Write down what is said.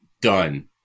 Done